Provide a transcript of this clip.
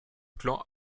clan